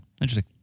Interesting